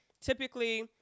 Typically